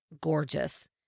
gorgeous